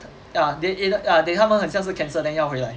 ya they eh they 他们很像是 cancel then 要回来